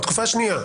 על התקופה השנייה.